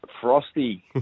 frosty